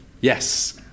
Yes